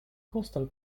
coastal